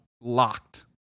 locked